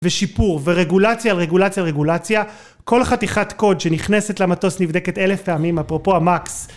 ושיפור ורגולציה על רגולציה על רגולציה כל חתיכת קוד שנכנסת למטוס נבדקת אלף פעמים אפרופו המאקס